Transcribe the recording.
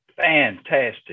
fantastic